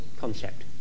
concept